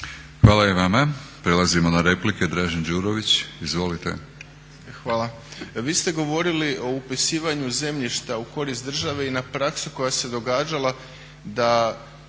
Hvala i vama. Prelazimo na replike. Dražen Đurović, izvolite. **Đurović, Dražen (HDSSB)** Hvala. Vi ste govorili o upisivanju zemljišta u korist države i na praksu koja se događala da